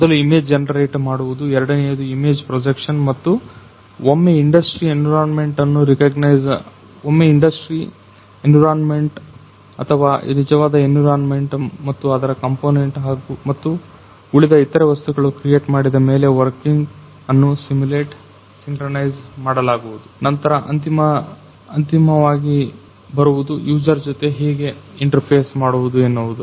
ಮೊದಲು image generate ಮಾಡುವುದು ಎರಡನೇದು ಇಮೇಜ್ ಪ್ರೊಜೆಕ್ಷನ್ ಮತ್ತು ಒಮ್ಮೆ ಇಂಡಸ್ಟ್ರಿ ಎನ್ವಿರಾನ್ಮೆಂಟ್ ಅಥವಾ ನಿಜವಾದ ಎನ್ವಿರಾನ್ಮೆಂಟ್ ಮತ್ತು ಅದರ ಕಂಪೋನೆಂಟ್ ಮತ್ತು ಉಳಿದ ಇತರೆ ವಸ್ತುಗಳ ಕ್ರಿಯೇಟ್ ಮಾಡಿದ ಮೇಲೆ ವರ್ಕಿಂಗ್ ಅನ್ನು ಸಿಮುಲೇಟ್ ಸಿಂಕ್ರನೈಜ್ ಮಾಡಲಾಗುವುದು ನಂತರ ಅಂತಿಮವಾಗಿ ಬರುವುದು ಯುಜರ್ ಜೊತೆಗೆ ಹೇಗೆ ಇಂಟರ್ಫೇಸ್ ಮಾಡುವುದು ಎನ್ನುವುದು